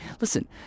Listen